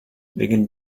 wegen